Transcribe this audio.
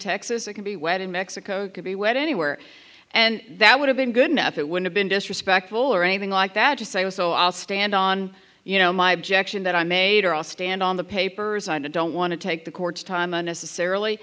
texas it can be wet in mexico could be wet anywhere and that would have been good enough it would have been disrespectful or anything like that to say oh so i'll stand on you know my objection that i made or i'll stand on the papers on the don't want to take the court's time unnecessarily